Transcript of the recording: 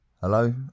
Hello